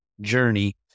journey